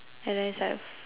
and then it's like